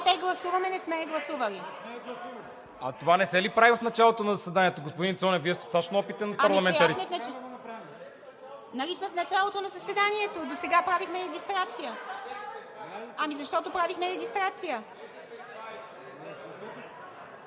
Защото правихме регистрация.